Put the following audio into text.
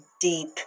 deep